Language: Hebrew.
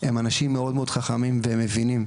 הם אנשים מאוד חכמים והם מבינים,